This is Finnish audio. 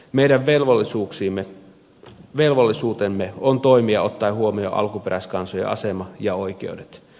meidän velvollisuutemme on toimia ottaen huomioon alkuperäiskansojen asema ja oikeudet